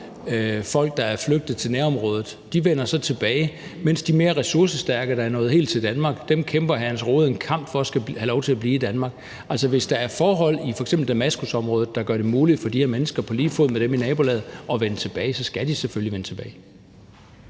der er flygtet til nærområdet, og de vender så tilbage, men de mere ressourcestærke, der er nået helt til Danmark, kæmper hr. Jens Rohde en kamp for skal have lov til at blive i Danmark. Altså, hvis der er forhold i f.eks. Damaskusområdet, der gør det muligt for de her mennesker at vende tilbage på lige fod med dem i nabolaget, så skal de selvfølgelig vende tilbage.